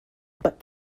but